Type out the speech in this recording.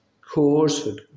Cause